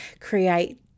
create